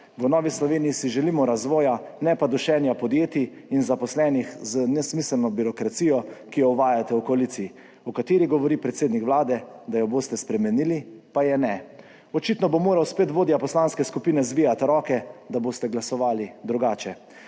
V Novi Sloveniji si želimo razvoja, ne pa dušenja podjetij in zaposlenih z nesmiselno birokracijo, ki jo uvajate v koaliciji, o kateri govori predsednik Vlade, da jo boste spremenili pa je ne. Očitno bo moral spet vodja poslanske skupine zvijati roke, da boste glasovali drugače.